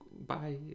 bye